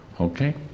Okay